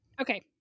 okay